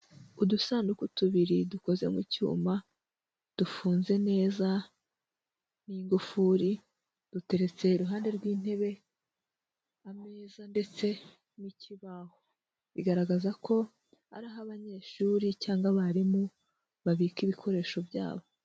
Udusanduku tubiri dukoze mu cyuma, dufunze neza, n'ingufuri, duteretse iruhande rw'intebe, ameza ndetse, n'ikibaho. Bigaragaza ko, ari aho abanyeshuri cyangwa abarimu, babika ibikoresho byabo.